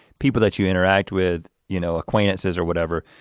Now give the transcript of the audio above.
people that you interact with, you know acquaintances or whatever.